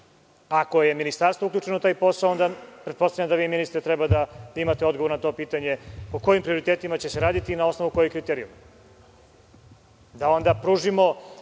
Ako je ministarstvo uključeno u taj posao, onda pretpostavljam da vi, ministre, treba da imate odgovor na to pitanje o kojim prioritetima će se raditi i na osnovu kojih kriterijuma da onda pružimo,